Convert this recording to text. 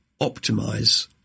optimize